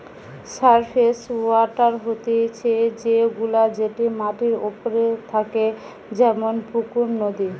surface water হতিছে সে গুলা যেটি মাটির ওপরে থাকে যেমন পুকুর, নদী